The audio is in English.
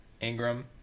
Ingram